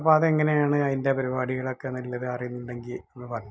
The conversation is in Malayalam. അപം അതെങ്ങനെയാണ് അതിന്റെ പരിപാടികളൊക്കെ നല്ലത് അറിയുന്നുണ്ടെങ്കിൽ ഒന്ന് പറയണം